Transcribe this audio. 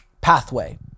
pathway